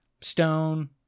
stone